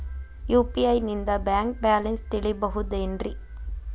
UPI ನಿಂದ bank balance ತಿಳಿಬಹುದೇನ್ರಿ?